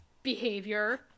behavior